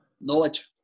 Knowledge